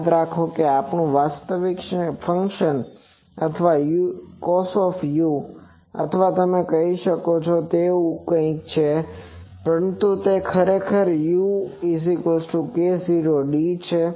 યાદ રાખો કે આપણું વાસ્તવિક ફંક્શન અથવા cos અથવા તમે કહી શકો તેવું કંઈક છે પરંતુ તે ખરેખર uk0d છે